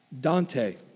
Dante